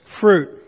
fruit